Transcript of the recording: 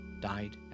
died